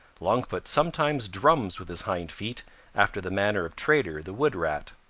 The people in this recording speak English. longfoot sometimes drums with his hind feet after the manner of trader the wood rat.